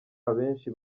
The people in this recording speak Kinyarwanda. abenshi